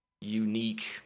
unique